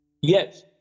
yes